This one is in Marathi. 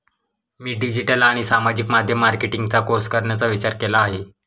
मी डिजिटल आणि सामाजिक माध्यम मार्केटिंगचा कोर्स करण्याचा विचार केला आहे